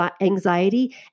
anxiety